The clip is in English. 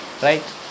right